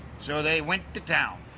so they went to town.